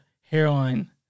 hairline